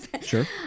Sure